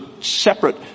separate